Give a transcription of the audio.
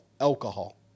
alcohol